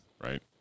right